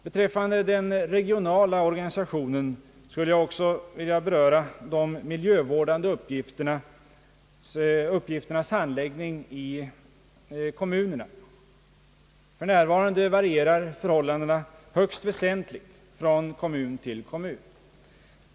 Beträffande den regionala organisationen skulle jag också vilja beröra de miljövårdande uppgifternas handläggning i kommunerna. För närvarande varierar förhållandena högst väsentligt från kommun till kommun.